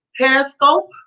Periscope